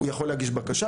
הוא יכול להגיש בקשה.